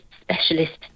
specialist